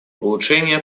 улучшение